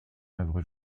œuvre